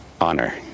Honor